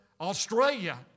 Australia